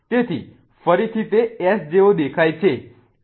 તેથી ફરીથી તે S જેવો દેખાય છે પરંતુ તે વાસ્તવમાં R છે